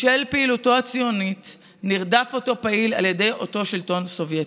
בשל פעילותו הציונית נרדף אותו פעיל על ידי אותו שלטון סובייטי.